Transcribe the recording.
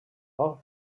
golf